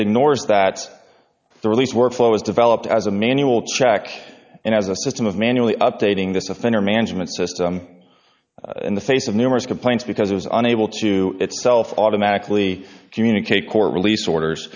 ignores that the release workflow was developed as a manual track and as a system of manually updating this offender management system in the face of numerous complaints because it was unable to itself automatically communicate court release orders